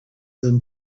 than